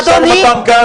השר מתן כהנא,